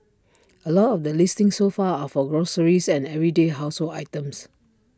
A lot of the listings so far are for groceries and everyday household items